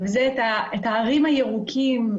וזה את ההרים הירוקים,